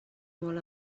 molt